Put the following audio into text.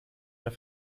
mehr